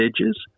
edges